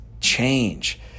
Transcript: change